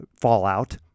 fallout